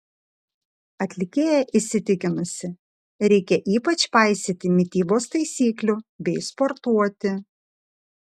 atlikėja įsitikinusi reikia ypač paisyti mitybos taisyklių bei sportuoti